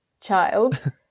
child